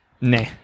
Nah